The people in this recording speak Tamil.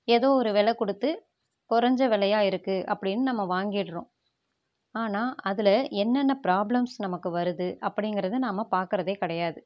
ஏதோ ஒரு வெலை கொடுத்து குறைஞ்ச வெலையாக இருக்குது அப்படின்னு நம்ம வாங்கிடறோம் ஆனால் அதில் என்னென்ன ப்ராப்ளம்ஸ் நமக்கு வருகுது அப்படிங்கிறத நாம் பார்க்கறதே கிடையாது